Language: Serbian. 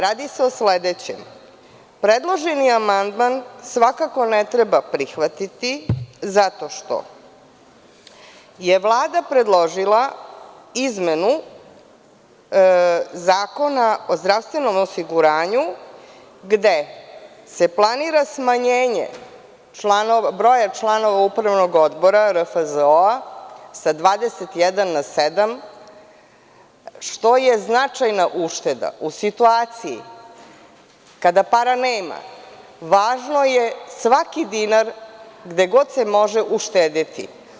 Radi se o sledećem – predloženi amandman svakako ne treba prihvatiti zato što je Vlada predložila izmenu Zakona o zdravstvenom osiguranju gde se planira smanjenje broja članova Upravnog odbora RFZ sa 21 na sedam, što je značajna ušteda u situaciji kada para nema važno je svaki dinar gde god se može uštedeti.